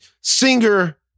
singer